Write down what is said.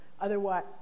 Otherwise